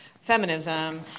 feminism